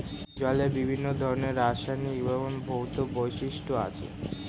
জলের বিভিন্ন ধরনের রাসায়নিক এবং ভৌত বৈশিষ্ট্য আছে